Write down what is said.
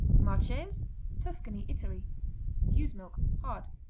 marches tuscany, italy ewe's milk hard.